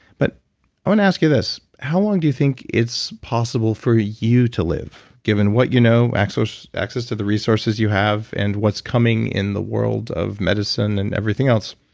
but i want to ask you this. how long do you think it's possible for ah you to live? given what you know, access access to the resources you have, and what's coming in the world of medicine and everything else,